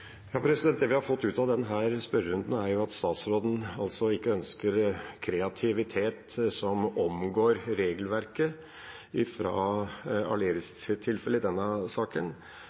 Det vi har fått ut av denne spørrerunden, er at statsråden ikke ønsker kreativitet som omgår regelverket. Det gjelder Aleris i denne saken.